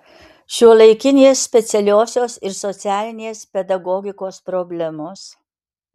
šiuolaikinės specialiosios ir socialinės pedagogikos problemos